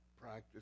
practice